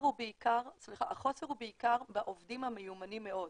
הוא בעיקר בעובדים המיומנים מאוד,